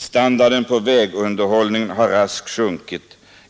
Standarden på vägunderhållet har raskt sjunkit.